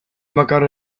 bakarra